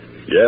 Yes